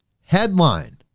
headline